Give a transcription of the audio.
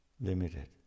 limited